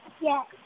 Yes